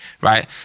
right